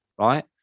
right